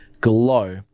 glow